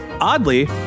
Oddly